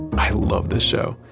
i love this show.